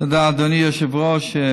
תודה, אדוני היושב-ראש.